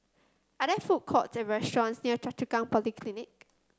are there food court or restaurants near Choa Chu Kang Polyclinic